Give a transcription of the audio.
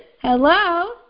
Hello